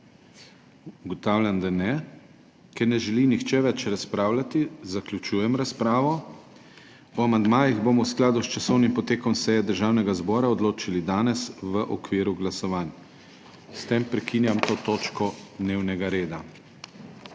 Ugotavljam, da ne. Ker ne želi nihče več razpravljati, zaključujem razpravo. O amandmajih bomo v skladu s časovnim potekom seje Državnega zbora odločali danes v okviru glasovanj. S tem prekinjam to točko dnevnega reda.